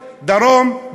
דרום,